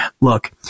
Look